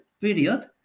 period